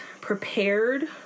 prepared